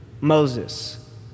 Moses